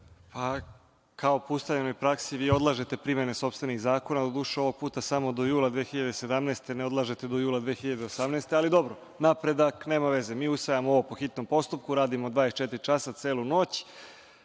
Kao po ustaljenoj praksi, vi odlažete primene sopstvenih zakona, doduše, ovog puta samo do jula 2017. godine, ne odlažete do jula 2018. godine, ali dobro, napredak, nema veze. Mi usvajamo ovo po hitnom postupku, radimo 24 časa, celu noć,